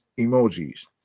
emojis